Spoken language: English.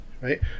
right